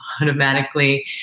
automatically